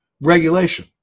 regulation